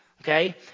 Okay